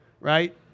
right